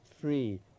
free